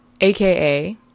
AKA